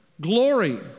glory